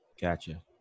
Gotcha